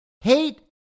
hate